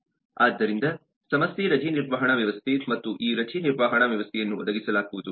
ಆದ್ದರಿಂದ ಸಮಸ್ಯೆ ರಜೆ ನಿರ್ವಹಣಾ ವ್ಯವಸ್ಥೆ ಮತ್ತು ಈ ರಜೆ ನಿರ್ವಹಣಾ ವ್ಯವಸ್ಥೆಯನ್ನು ಒದಗಿಸಲಾಗುವುದು